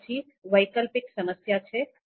ત્યાર પછી વૈકલ્પિક સમસ્યા છે